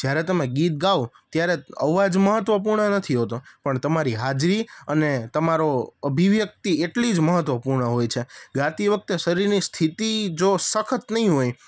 જ્યારે તમે ગીત ગાઓ ત્યારે અવાજ મહત્ત્વપૂર્ણ નથી હોતો પણ તમારી હાજરી અને તમારો અભિવ્યક્તિ એટલી જ મહત્ત્વપૂર્ણ હોય છે ગાતી વખતે શરીરની સ્થિતિ જો સખત નહીં હોય